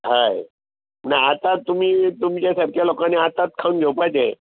हय ना आतां तुमी तुमच्या सारक्या लोकांनी आतांच खावन घेवपाचें